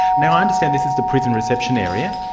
now i understand this is the prison reception area,